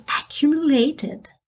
accumulated